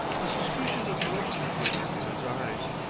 a suspicion of moisture glimmered in his eyes.